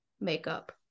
makeup